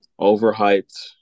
overhyped